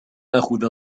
آخذ